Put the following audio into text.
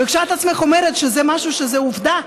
וכשאת עצמך אומרת שזה משהו שהוא עובדה,